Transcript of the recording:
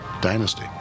dynasty